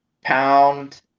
pound